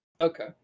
Okay